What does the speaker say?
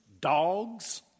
dogs